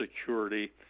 security